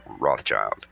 Rothschild